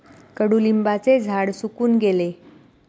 कडुलिंबाचे झाड सुकून गेले